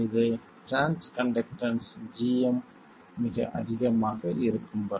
இது transconductance gm மிக அதிகமாக இருக்கும் வரை